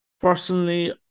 personally